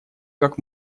как